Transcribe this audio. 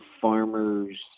farmers